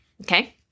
Okay